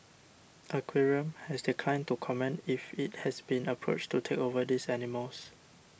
aquarium has declined to comment if it has been approached to take over these animals